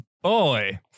Boy